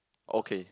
okay